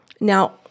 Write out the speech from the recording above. now